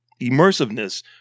immersiveness